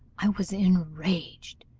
i was enraged,